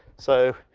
so,